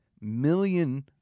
million